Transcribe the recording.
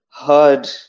heard